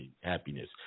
happiness